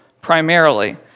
primarily